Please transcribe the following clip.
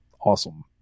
awesome